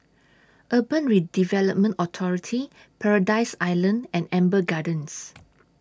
Urban Redevelopment Authority Paradise Island and Amber Gardens